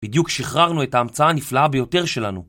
בדיוק שחררנו את ההמצאה הנפלאה ביותר שלנו